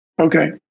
Okay